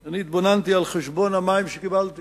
אני התבוננתי על חשבון המים שקיבלתי